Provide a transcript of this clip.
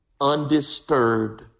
undisturbed